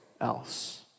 else